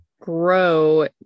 grow